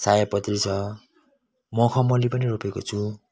सयपत्री छ मखमली पनि रोपेको छु